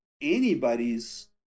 anybody's